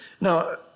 Now